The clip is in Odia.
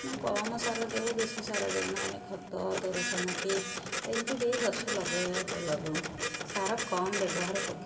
ମୁଁ କମ୍ ସାର ଦେଉ ଆମେ ବେଶୀ ସାର ଦେଉନା ଆମେ ଖତ ଦୋରସା ମାଟି ଏମତି ଦେଇ ଗଛ ଲଗେୟା ଲଗାଉ ସାର କମ୍ ବ୍ୟବହାର କରୁ